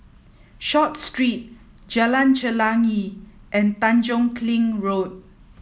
Short Street Jalan Chelagi and Tanjong Kling Road